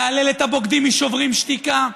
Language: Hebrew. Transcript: להלל את הבוגדים משוברים שתיקה.